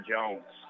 Jones